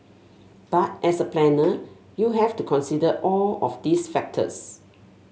but as a planner you have to consider all of these factors